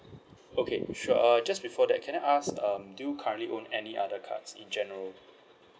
okay sure uh just before that can I ask um do currently own any other cards in general